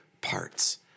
parts